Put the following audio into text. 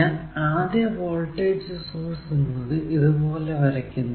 ഞാൻ ആദ്യ voltage source എന്നത് ഇതുപോലെ വരയ്ക്കുന്നു